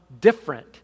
different